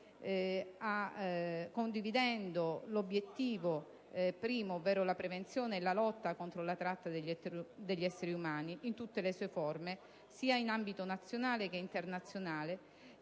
I suoi obiettivi sono la prevenzione e la lotta contro la tratta degli esseri umani in tutte le sue forme, sia in ambito nazionale che internazionale,